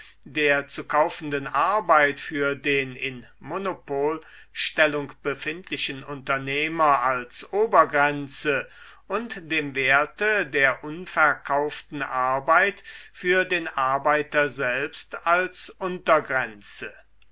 der zu kaufenden arbeit für den in monopolstellung befindlichen unternehmer als obergrenze und dem werte der unverkauften arbeit für den arbeiter selbst als untergrenze